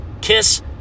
Kiss